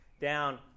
down